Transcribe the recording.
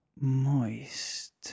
moist